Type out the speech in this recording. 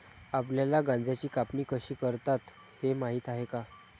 आपल्याला गांजाची कापणी कशी करतात हे माहीत आहे का?